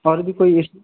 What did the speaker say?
اور بھی کوئی